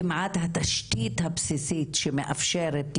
כמעט התשתית הבסיסית שמאפשרת,